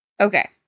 Okay